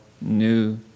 new